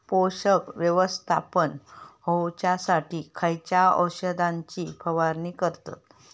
पोषक व्यवस्थापन होऊच्यासाठी खयच्या औषधाची फवारणी करतत?